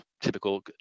typical